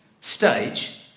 stage